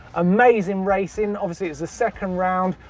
amazing racing. obviously, it was the second round,